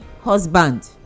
husband